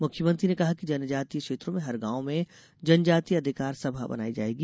मुख्यमंत्री ने कहा कि जनजातीय क्षेत्रों में हर गॉव में जनजातीय अधिकार सभा बनाई जायेगी